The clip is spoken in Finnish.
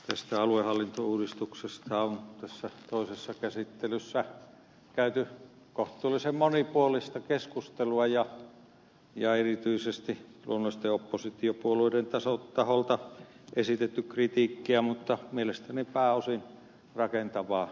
tästä aluehallintouudistuksesta on tässä toisessa käsittelyssä käyty kohtuullisen monipuolista keskustelua ja erityisesti luonnollisesti oppositiopuolueiden taholta esitetty kritiikkiä mutta mielestäni pääosin rakentavaa kritiikkiä